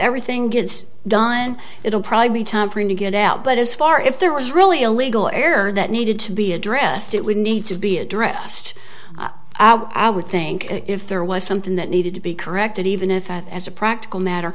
everything gets done it will probably be time for him to get out but as far if there was really a legal error that needed to be addressed it would need to be addressed i would think if there was something that needed to be corrected even if a practical matter